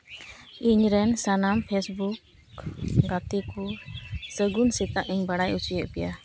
ᱤᱧᱨᱮᱱ ᱥᱟᱱᱟᱢ ᱯᱷᱮᱥᱵᱩᱠ ᱜᱟᱛᱮ ᱠᱚ ᱥᱟᱹᱜᱩᱱ ᱥᱮᱛᱟᱜ ᱤᱧ ᱵᱟᱲᱟᱭ ᱦᱚᱪᱚᱭᱮᱫ ᱯᱮᱭᱟ